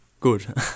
good